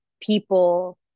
people